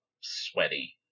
sweaty